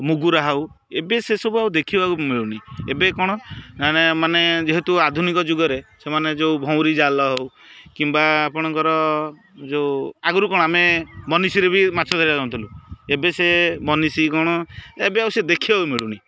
ମୁଗୁରା ହଉ ଏବେ ସେସବୁ ଆଉ ଦେଖିବାକୁ ମିଳୁନି ଏବେ କ'ଣ ମାନେ ଯେହେତୁ ଆଧୁନିକ ଯୁଗରେ ସେମାନେ ଯେଉଁ ଭଉଁରୀ ଜାଲ ହଉ କିମ୍ବା ଆପଣଙ୍କର ଯେଉଁ ଆଗରୁ କ'ଣ ଆମେ ବନିଶୀରେ ବି ମାଛ ଧରିବାକୁ ଯାଉଥିଲୁ ଏବେ ସେ ବନିଶୀ କ'ଣ ଏବେ ଆଉ ସେ ଦେଖିବାକୁ ମିଳୁନି